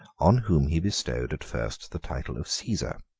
on whom he bestowed at first the title of caesar,